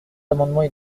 amendements